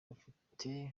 bafite